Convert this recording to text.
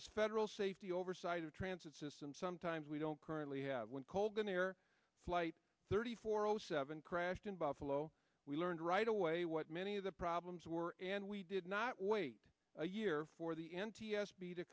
us federal safety oversight of transit systems sometimes we don't currently have when colgan air flight thirty four o seven crashed in buffalo we learned right away what many of the problems were and we did not wait a year for the n